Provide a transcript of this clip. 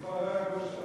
הוא כבר לא יגור בו.